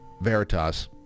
Veritas